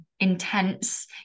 intense